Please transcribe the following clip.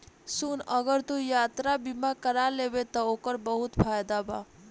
सुन अगर तू यात्रा बीमा कारा लेबे त ओकर बहुत फायदा बा